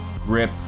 grip